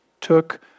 took